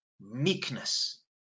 meekness